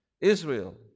Israel